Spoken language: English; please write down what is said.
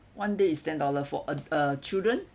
one day is ten dollars for uh uh children